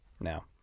Now